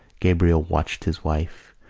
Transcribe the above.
gabriel watched his wife,